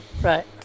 Right